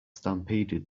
stampeded